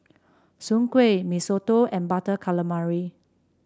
Soon Kway Mee Soto and Butter Calamari